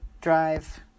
drive